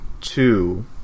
two